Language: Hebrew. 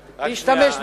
להשתמש,